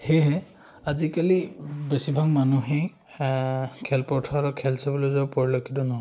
সেয়েহে আজিকালি বেছিভাগ মানুহেই খেলপথাৰত খেল চাবলৈ যোৱা পৰিলক্ষিত নহয়